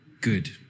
good